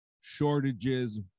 shortages